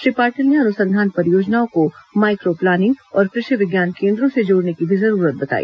श्री पाटील ने अनुसंधान परियोजनाओं को माइक्रो प्लानिंग और कृषि विज्ञान केन्द्रों से जोड़ने की भी जरूरत बताई